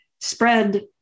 Spread